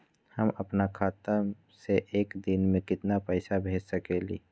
हम अपना खाता से एक दिन में केतना पैसा भेज सकेली?